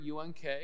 UNK